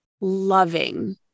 loving